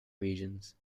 regions